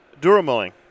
Dura-Milling